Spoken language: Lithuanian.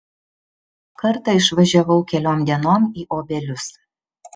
kartą išvažiavau keliom dienom į obelius